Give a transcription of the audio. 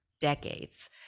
decades